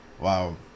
Wow